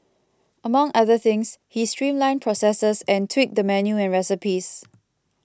among other things he streamlined processes and tweaked the menu and recipes